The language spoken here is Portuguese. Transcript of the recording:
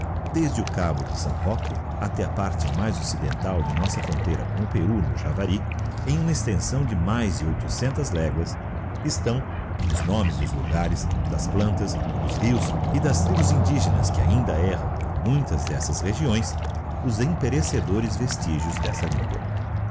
desde o cabo de s roque até a parte mais occidentnl de nossa fronteira com o peru no javarj em uma extensão de mais de oitocentas léguas estão nos nomes dos legares das plantas dos rios e das tribus indígenas que ainda erram por muitas destas regiões os imperecedores vestígios dessa lingua